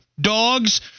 dogs